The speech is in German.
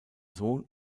sohn